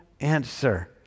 answer